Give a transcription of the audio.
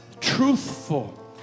truthful